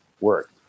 work